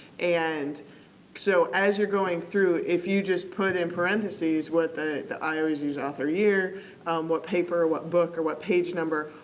and so, as you're going through if you just put in parenthesis what the the i always use author year what paper, what book, or what page number.